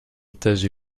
étage